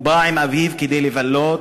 הוא בא עם אביו כדי לבלות,